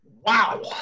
Wow